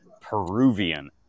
peruvian